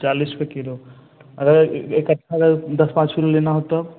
चालीस रुपये किलो अगर इक्कठा दस पाँच किलो लेना हो तो